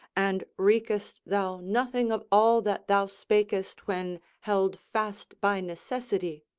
and reekest thou nothing of all that thou spakest when held fast by necessity?